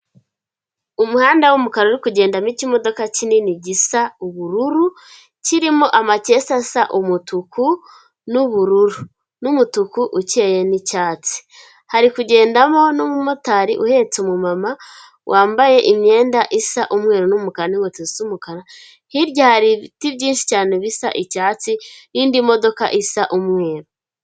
Umuhanda w'umukara uri kugendamo ikimodoka kinini gisa ubururu, kirimo amakesi asa umutuku n'ubururu, n'umutuku ukeye n'icyatsi, hari kugendamo n'umumotari uhetse umumama wambaye imyenda isa umweru n'umukara n'inkweto zisa umukara, hirya hari ibiti byinshi cyane bisa icyatsi n'indi modoka isa umweru.